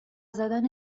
زدن